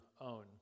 own